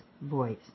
voice